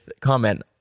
comment